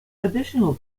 additional